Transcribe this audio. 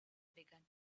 began